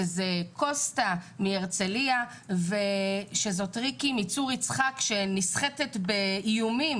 שזה קוסטה מהרצליה ושזאת ריקי מצור יצחק שנסחטת באיומים